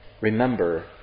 remember